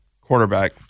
quarterback